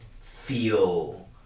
feel